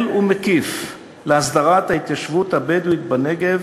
ומקיף להסדרת ההתיישבות הבדואית בנגב